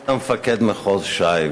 אתה היית מפקד מחוז ש"י,